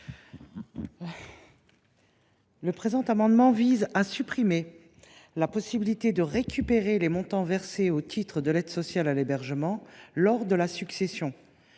Le présent amendement vise à supprimer la possibilité de récupérer les montants versés au titre de l’aide sociale à l’hébergement lors de la succession.